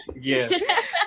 yes